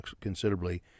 considerably